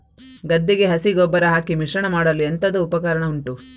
ಗದ್ದೆಗೆ ಹಸಿ ಗೊಬ್ಬರ ಹಾಕಿ ಮಿಶ್ರಣ ಮಾಡಲು ಎಂತದು ಉಪಕರಣ ಉಂಟು?